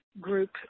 Group